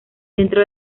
dentro